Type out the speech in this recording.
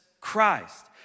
Christ